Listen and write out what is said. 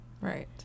right